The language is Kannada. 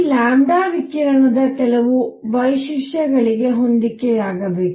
ಈ ವಿಕಿರಣದ ಕೆಲವು ವೈಶಿಷ್ಟ್ಯಗಳಿಗೆ ಹೊಂದಿಕೆಯಾಗಬೇಕು